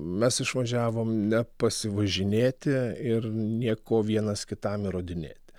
mes išvažiavom ne pasivažinėti ir nieko vienas kitam įrodinėti